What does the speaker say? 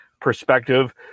perspective